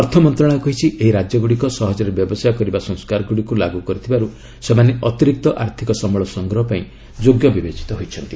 ଅର୍ଥମନ୍ତ୍ରଣାଳୟ କହିଛି ଏହି ରାଜ୍ୟଗୁଡ଼ିକ ସହଜରେ ବ୍ୟବସାୟ କରିବା ସଂସ୍କାର ଗୁଡ଼ିକୁ ଲାଗୁ କରିଥିବାରୁ ସେମାନେ ଅତିରିକ୍ତ ଆର୍ଥିକ ସମ୍ଭଳ ସଂଗ୍ରହ ପାଇଁ ଯୋଗ୍ୟ ବିବେଚିତ ହୋଇଛନ୍ତି